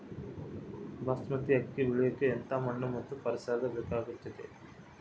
ಬಾಸ್ಮತಿ ಅಕ್ಕಿ ಬೆಳಿಯಕ ಎಂಥ ಮಣ್ಣು ಮತ್ತು ಪರಿಸರದ ಬೇಕಾಗುತೈತೆ?